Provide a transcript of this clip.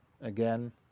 again